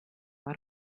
why